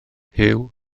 huw